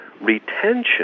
retention